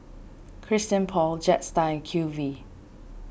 Christian Paul Jetstar Q V